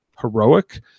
heroic